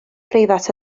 preifat